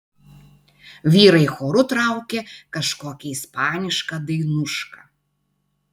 vyrai choru traukė kažkokią ispanišką dainušką